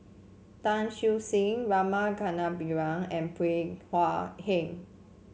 Tan Siew Sin Rama Kannabiran and Bey Hua Heng